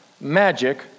magic